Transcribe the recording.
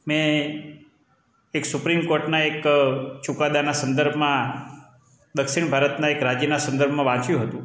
મેં એક સુપ્રીમ કોર્ટનાં એક ચુકાદાના સંદર્ભમાં દક્ષિણ ભારતનાં એક રાજ્યના સંદર્ભમાં વાંચ્યું હતું